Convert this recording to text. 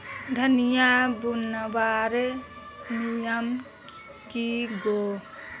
धनिया बूनवार नियम की गे?